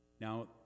Now